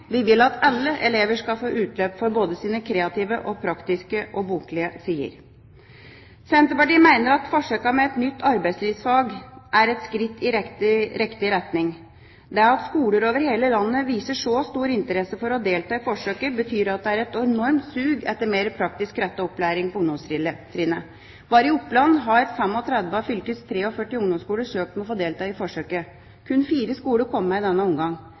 Vi vil at alle elever skal få utløp for både sine kreative og praktiske – og boklige sider. Senterpartiet mener at forsøkene med et nytt arbeidslivsfag er et skritt i riktig retning. Det at skoler over hele landet viser så stor interesse for å delta i forsøket, betyr at det er et enormt sug etter mer praktisk rettet opplæring på ungdomstrinnet. Bare i Oppland har 35 av fylkets 43 ungdomsskoler søkt om å få delta i forsøket. Kun fire skoler kom med i denne omgang.